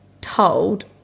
told